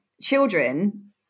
children